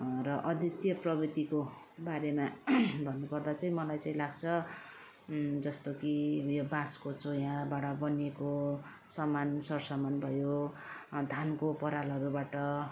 र अद्वितीय प्रविधिको बारेमा भन्नु पर्दा चाहिँ मलाई चाहिँ लाग्छ जस्तो कि उयो बाँसको चोयाबाट बनिएको सामान सर सामान भयो धानको परालहरूबाट